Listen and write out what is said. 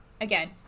again